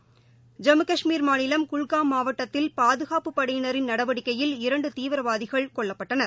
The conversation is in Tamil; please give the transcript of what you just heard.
ஐம்மு கஷ்மீர் மாநிலம் குல்காம் மாவட்டத்தில் பாதுகாப்புப் படையினரின் நடவடிக்கையில் இரண்டுபயங்கரவாதிகள் கொல்லப்பட்டனர்